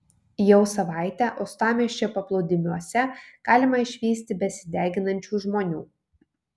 jau savaitę uostamiesčio paplūdimiuose galima išvysti besideginančių žmonių